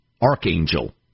Archangel